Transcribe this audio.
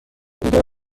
دیگر